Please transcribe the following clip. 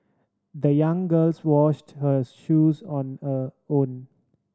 the young girls washed her shoes on a own